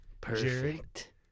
Perfect